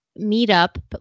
meetup